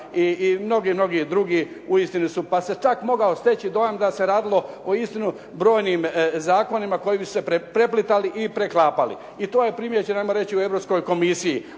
mnogi drugi uistinu su, pa se čak mogao steći dojam da se radilo o uistinu brojnim zakonima koji bi se preplitali i preklapali. I to je primijećeno hajmo reći u Europskoj komisiji.